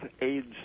AIDS